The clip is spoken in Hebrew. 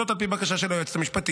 וזאת על פי בקשה של היועצת המשפטית,